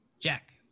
Jack